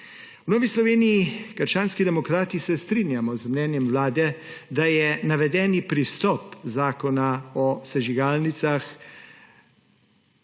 V Novi Sloveniji - krščanski demokrati se strinjamo z mnenjem Vlade, da je navedeni pristop zakona o sežigalnicah